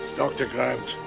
dr. grant,